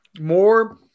More